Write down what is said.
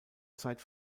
zeit